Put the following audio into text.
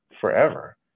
forever